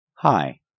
Hi